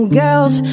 girls